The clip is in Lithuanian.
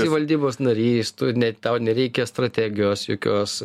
tu valdybos narys tu ne tau nereikia strategijos jokios